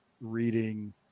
reading